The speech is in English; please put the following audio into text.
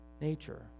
nature